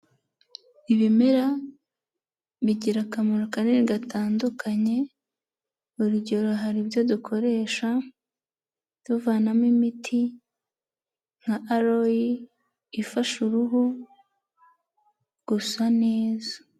Ibimera bigira akamaro kanini gatandukanye, urugero hari ibyo dukoresha tuvanamo imiti nka Aloe ifasha uruhu gusa neza.